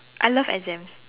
I love exams